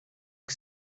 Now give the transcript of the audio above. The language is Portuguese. que